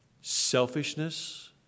Selfishness